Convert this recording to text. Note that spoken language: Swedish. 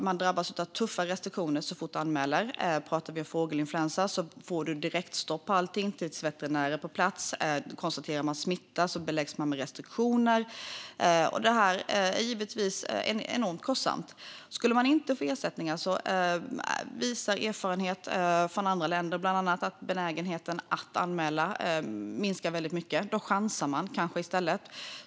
Man drabbas av tuffa restriktioner så fort man anmäler. Pratar vi om fågelinfluensa får man direktstopp på allt tills veterinärer är på plats. Konstaterar de smitta beläggs man med restriktioner. Och det här är givetvis enormt kostsamt. Skulle man inte få ersättningar visar erfarenhet från andra länder bland annat att benägenheten att anmäla minskar väldigt mycket. Då chansar man kanske i stället.